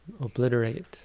obliterate